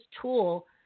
tool